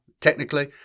technically